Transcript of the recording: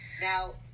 Now